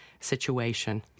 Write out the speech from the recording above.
Situation